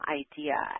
idea